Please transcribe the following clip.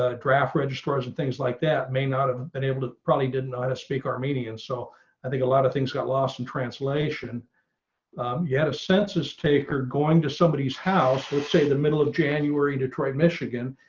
ah draft registrar's and things like that may not have been able to probably didn't speak armenian. so i think a lot of things got lost in translation yet a census takers going to somebody's house will say the middle of january, detroit, michigan.